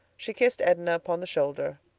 she kissed edna upon the shoulder,